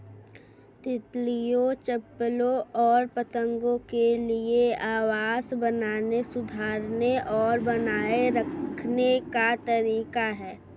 तितलियों, चप्पलों और पतंगों के लिए आवास बनाने, सुधारने और बनाए रखने का तरीका है